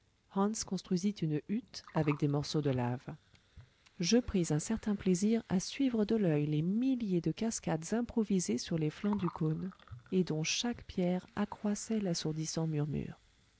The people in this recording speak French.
construisit une hutte avec des morceaux de lave je pris un certain plaisir à suivre de l'oeil les milliers de cascades improvisées sur les flancs du cône et dont chaque pierre accroissait l'assourdissant murmure